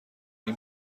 این